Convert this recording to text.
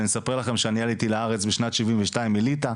אז אני אספר לכם שאני עליתי לארץ בשנת 72' מליטא,